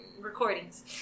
recordings